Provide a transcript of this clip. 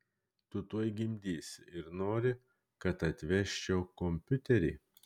tu tuoj gimdysi ir nori kad atvežčiau kompiuterį